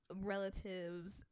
relatives